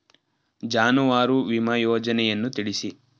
ಜಾನುವಾರು ವಿಮಾ ಯೋಜನೆಯನ್ನು ತಿಳಿಸಿ?